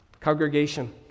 Congregation